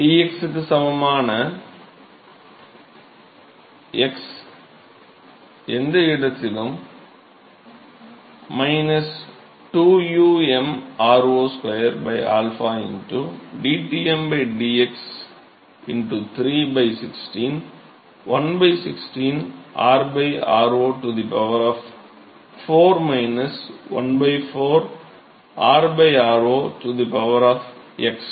Ts க்கு சமமான எந்த x இடத்திலும் 2 u m r0 2 𝝰 dTm dx 3 16 1 16 r r0 4 14 r r0 x